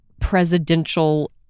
presidential